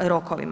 rokovima.